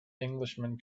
englishman